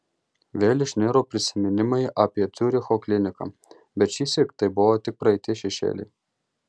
vėl išniro prisiminimai apie ciuricho kliniką bet šįsyk tai buvo tik praeities šešėliai